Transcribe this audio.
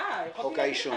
חוק העישון.